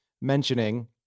mentioning